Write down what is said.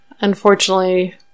unfortunately